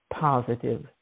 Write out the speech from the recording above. positive